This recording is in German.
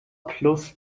plus